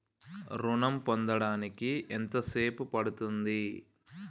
ఋణం పొందడానికి ఎంత సేపు పడ్తుంది?